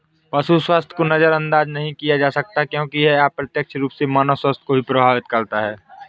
पशु स्वास्थ्य को नजरअंदाज नहीं किया जा सकता क्योंकि यह अप्रत्यक्ष रूप से मानव स्वास्थ्य को भी प्रभावित करता है